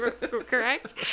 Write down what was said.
Correct